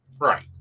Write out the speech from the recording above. Right